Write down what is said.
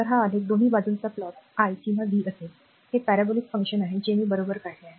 तर हा आलेख दोन्ही बाजूंचा प्लॉट आय किंवा व्ही असेल हे पॅराबॉलिक फंक्शन आहे जे मी बरोबर काढले आहे